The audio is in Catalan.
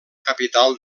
capital